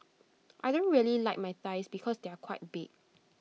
I don't really like my thighs because they are quite big